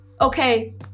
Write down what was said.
Okay